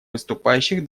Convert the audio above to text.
выступающих